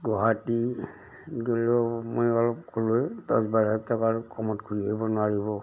গুৱাহাটী গলেও মই অলপ ক'লোৱেই দছ বাৰ হাজাৰ টকাৰ কমত ঘূৰি আহিব নোৱাৰিব